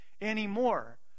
anymore